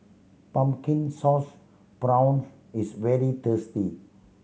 Pumpkin Sauce Prawns is very tasty